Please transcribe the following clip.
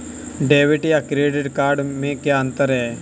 Debit या credit card में क्या अन्तर है?